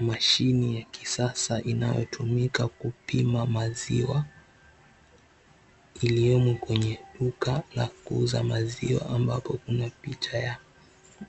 Mashini ya kisasa inayotumika kupima maziwa, iliyomo kwenye duka la kuuza maziwa ambako kuna picha ya